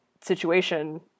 situation